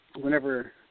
whenever